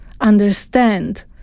understand